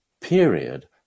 period